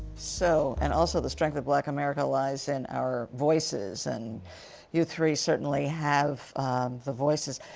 so and also the strength of black america lies in our voices. and you three certainly have the voices.